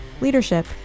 leadership